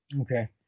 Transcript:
Okay